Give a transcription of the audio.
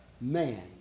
Man